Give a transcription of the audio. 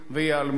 וייעלמו.